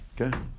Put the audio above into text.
Okay